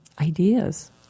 ideas